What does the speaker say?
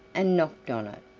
and knocked on it.